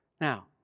Now